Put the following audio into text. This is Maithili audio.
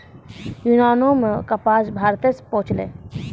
यूनानो मे कपास भारते से पहुँचलै